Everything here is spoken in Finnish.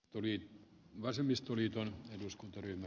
tuli ei vasemmistoliiton eduskuntaryhmä